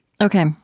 Okay